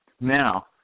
Now